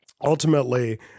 ultimately